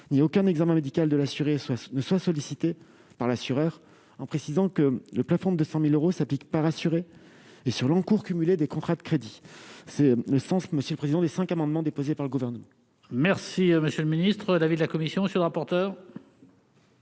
ni aucun examen médical de l'assuré soit ne soit sollicitée par l'assureur, en précisant que le plafond de 100000 euros s'applique pas rassurés et sur l'encours cumulé des contrats de crédit, c'est le sens monsieur le président, des 5 amendements déposés par le gouvernement. Merci monsieur le ministre, avis de la commission sur le rapporteur.